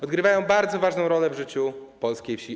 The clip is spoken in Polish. Odgrywają one bardzo ważną rolę w życiu polskiej wsi.